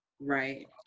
right